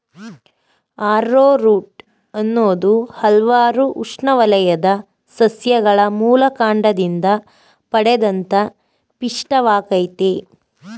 arrowroot ಅನ್ನೋದು ಹಲ್ವಾರು ಉಷ್ಣವಲಯದ ಸಸ್ಯಗಳ ಮೂಲಕಾಂಡದಿಂದ ಪಡೆದಂತ ಪಿಷ್ಟವಾಗಯ್ತೆ